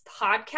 podcast